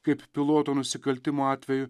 kaip piloto nusikaltimo atveju